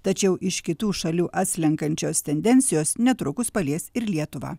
tačiau iš kitų šalių atslenkančios tendencijos netrukus palies ir lietuvą